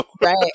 Right